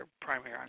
primary